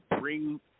bring